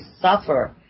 suffer